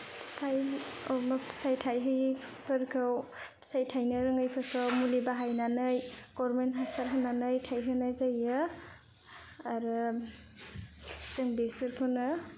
फिथाय औ मा फिथाय थायहैयिफोरखौ फिथाय थायनो रोङैफोरखौ मुलि बाहायनानै गभानरमेन्ट हासार होनानै थाइहोनाय जायो आरो जों बेसोरखौनो